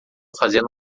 fazendo